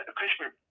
Christopher